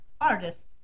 artist